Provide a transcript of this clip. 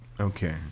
Okay